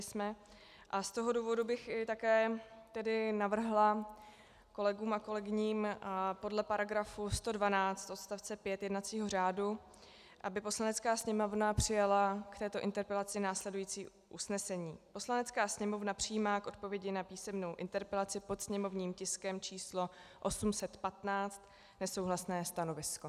Z toho důvodu bych navrhla kolegům a kolegyním podle § 112 odst. 5 jednacího řádu, aby Poslanecká sněmovna přijala k této interpelaci následující usnesení: Poslanecká sněmovna přijímá k odpovědi na písemnou interpelaci pod sněmovním tiskem č. 815 nesouhlasné stanovisko.